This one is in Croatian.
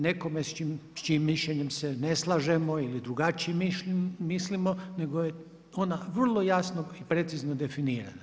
Nekome s čijem mišljenjem se ne slažemo ili drugačije mislimo, nego je ona vrlo jasno i precizno definirana.